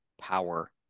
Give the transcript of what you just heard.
power